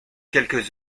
quelques